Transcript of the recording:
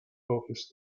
office